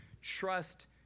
trust